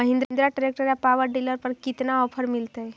Mahindra tractor या power dealer पर कितना ओफर मीलेतय?